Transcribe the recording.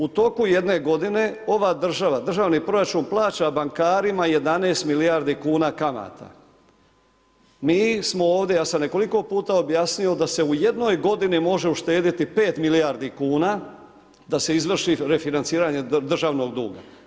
U toku jedne godine, ova država, državni proračun plaća bankarima 11 milijardi kuna kamata, mi smo ovdje, ja sam nekoliko puta objasnio da se u jednoj godini može uštediti 5 milijardi kuna, da se izvrši refinanciranje državnog duga.